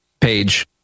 page